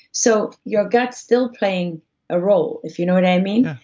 so your gut's still playing a role, if you know what i mean.